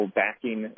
backing